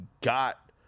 got